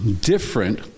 different